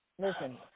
listen